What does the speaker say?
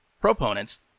proponents